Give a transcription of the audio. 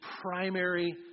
primary